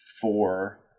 four